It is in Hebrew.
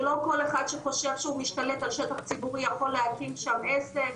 שלא כל אחד שחושב שהוא משתלט על שטח ציבורי יכול להקים שם עסק,